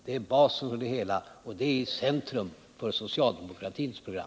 De är basen för det hela och de är centrum för socialdemokratins program.